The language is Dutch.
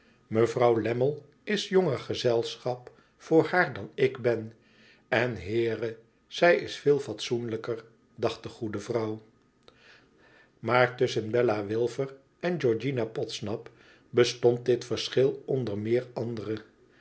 mevrouw lammie is jonger gezelschap voor haar dan ik ben en heere zij is veel fatsoenlijker dacht de goede vrouw maar tusschen bella wilfer en georgiana podsnap bestond dit verschil onder meer andere